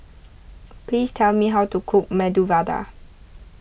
please tell me how to cook Medu Vada